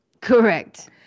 Correct